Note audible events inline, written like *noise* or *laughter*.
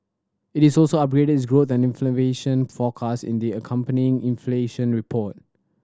it is also upgraded its growth and *unintelligible* forecast in the accompanying inflation report